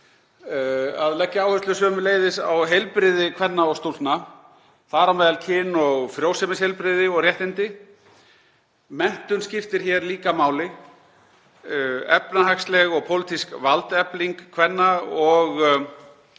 ofbeldi og sömuleiðis á heilbrigði kvenna og stúlkna, þar á meðal kyn- og frjósemisheilbrigði og réttindi. Menntun skiptir líka máli, efnahagsleg og pólitísk valdefling kvenna og aukin